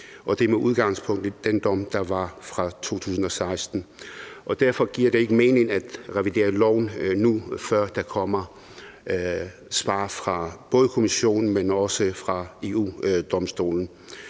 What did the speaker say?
det er med udgangspunkt i den dom, der var fra 2016. Derfor giver det ikke mening at revidere loven nu, før der kommer svar både fra Kommissionen, men